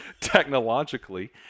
technologically